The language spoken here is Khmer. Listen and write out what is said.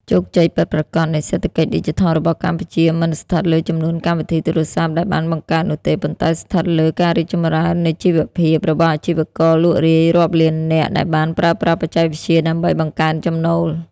ជោគជ័យពិតប្រាកដនៃសេដ្ឋកិច្ចឌីជីថលរបស់កម្ពុជា មិនស្ថិតលើចំនួនកម្មវិធីទូរស័ព្ទដែលបានបង្កើតនោះទេ ប៉ុន្តែស្ថិតលើ "ការរីកចម្រើននៃជីវភាព" របស់អាជីវករលក់រាយរាប់លាននាក់ ដែលបានប្រើប្រាស់បច្ចេកវិទ្យាដើម្បីបង្កើនចំណូល។